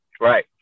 Right